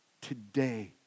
Today